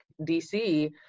DC